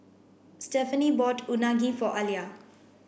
Stephaine bought Unagi for Alia